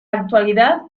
actualidad